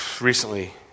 recently